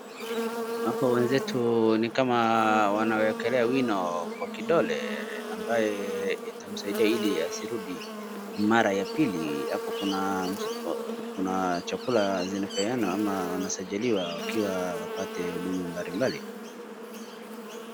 Hapa wenzetu ni kama wanawekelea wino kwa kidole ambaye itamsaidia ili asirudi mara ya pili, hapo kuna chakula zinapeana ama wanasajiliwa ikiwa wapate huduma mbali mbali.